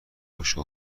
باشه